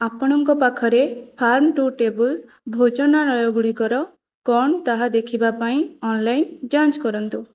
ଆପଣଙ୍କ ପାଖରେ farm to table ଭୋଜନାଳୟ ଗୁଡିକର କ'ଣ ତାହା ଦେଖିବା ପାଇଁ ଅନଲାଇନ୍ ଯାଞ୍ଚ କରନ୍ତୁ